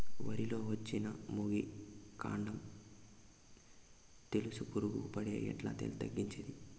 వరి లో వచ్చిన మొగి, కాండం తెలుసు పురుగుకు పడితే ఎట్లా తగ్గించేకి?